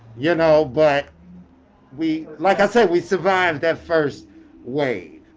you know, but we like i said, we survived that first wave.